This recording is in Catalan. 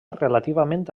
relativament